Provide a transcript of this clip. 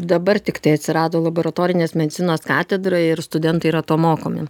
dabar tiktai atsirado laboratorinės medicinos katedra ir studentai yra to mokomi